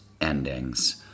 endings